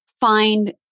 find